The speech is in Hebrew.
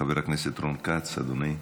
חבר הכנסת רון כץ, אדוני.